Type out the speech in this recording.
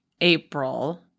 April